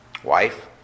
Wife